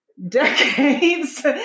decades